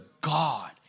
God